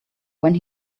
when